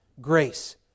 grace